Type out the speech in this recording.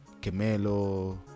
Kemelo